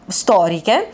storiche